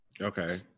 Okay